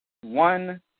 one